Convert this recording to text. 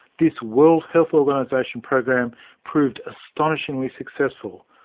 this world health organisation program proved astonishingly successful,